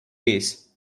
base